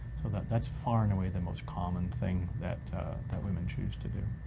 that's far and away the most common thing that that women choose to do.